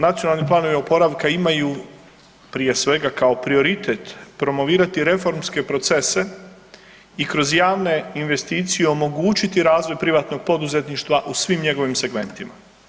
Nacionalni planovi oporavka imaju prije svega kao prioritet promovirati reformske procese i kroz javne investicije omogućiti razvoj privatnog poduzetništva u svim njegovim segmentima.